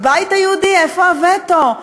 הבית היהודי, איפה הווטו?